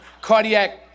cardiac